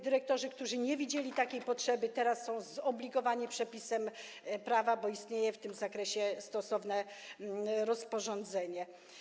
Dyrektorzy, którzy nie widzieli takiej potrzeby, teraz są zobligowani przepisem prawa, bo istnieje w tym zakresie stosowne rozporządzenie.